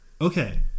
Okay